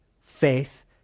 faith